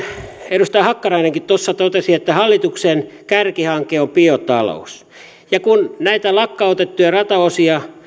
edustaja hakkarainenkin tuossa totesi että hallituksen kärkihanke on biotalous ja kun näitä lakkautettuja rataosia